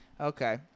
Okay